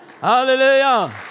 Hallelujah